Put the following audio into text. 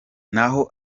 naho